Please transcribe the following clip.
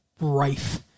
rife